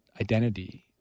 identity